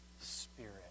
spirit